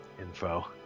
info